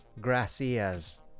gracias